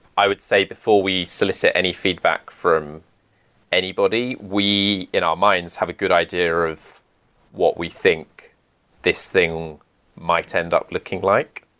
i would say before we solicit any feedback from anybody we, in our minds, have a good idea of what we think this thing might end up looking like.